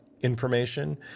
information